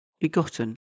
begotten